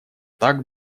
так